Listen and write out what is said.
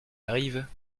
arrive